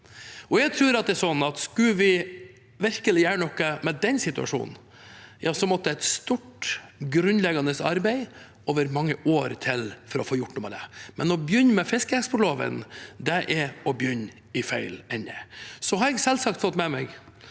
skulle vi virkelig gjøre noe med den situasjonen, måtte det et stort, grunnleggende arbeid over mange år til for å få gjort noe med det. Å begynne med fiskeeksportloven er å begynne i feil ende. Jeg har selvsagt fått med meg